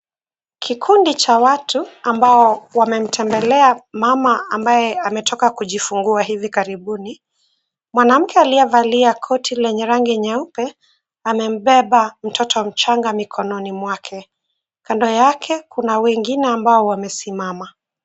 Kikundi cha watu ambao wamemtembelea mama ambaye ametoka kujifungua hivi karibuni. Mwanamke aliyevalia koti lenye rangi nyeupe, amembeba mtoto mchanga mikononi mwake. Kando yake kuna wengine ambao wamesimama.